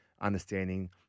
understanding